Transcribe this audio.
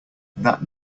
that